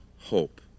hope